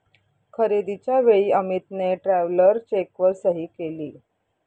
खरेदीच्या वेळी अमितने ट्रॅव्हलर चेकवर सही केली